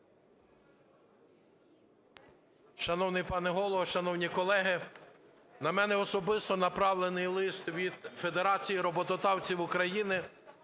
Шановний пане Голово, шановні колеги, на мене особисто направлений лист від Федерації роботодавців України,